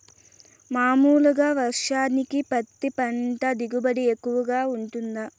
మామూలుగా వర్షానికి పత్తి పంట దిగుబడి ఎక్కువగా గా వుంటుందా?